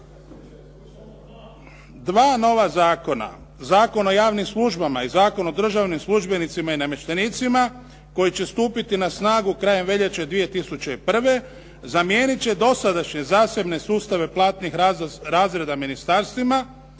Dva nova zakona Zakon o javnim službama i Zakon o državnim službenicima i namještenicima koji će stupiti na snagu krajem veljače 2001. zamijenit će dosadašnje zasebne sustave platnih razreda ministarstvima,